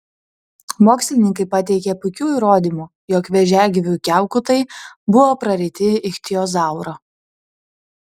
mokslininkai pateikė puikių įrodymų jog vėžiagyvių kiaukutai buvo praryti ichtiozauro